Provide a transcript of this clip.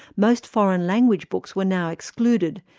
most foreign language books were now excluded,